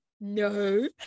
no